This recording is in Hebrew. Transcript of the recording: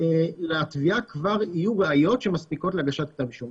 לתביעה כבר יהיו ראיות שמספיקות להגשת כתב אישום.